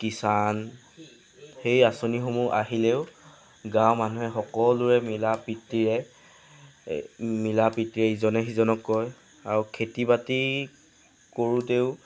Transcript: কিষান সেই আঁচনিসমূহ আহিলেও গাঁৱৰ মানুহ সকলোৱে মিলা প্ৰীতিৰে মিলা প্ৰীতিৰে ইজনে সিজনক কয় আৰু খেতি বাতি কৰোঁতেও